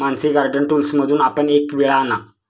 Mansi garden टूल्समधून आपण एक विळा आणा